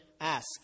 ask